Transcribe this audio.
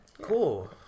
Cool